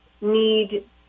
need